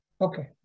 Okay